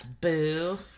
boo